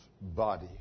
body